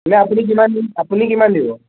এতিয়া আপুনি কিমান দিম আপুনি কিমান দিব